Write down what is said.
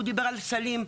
הוא דיבר על סלים.